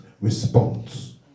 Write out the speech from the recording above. response